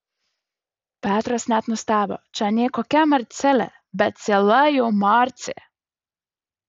petras net nustebo čia nė kokia marcelė bet ciela jau marcė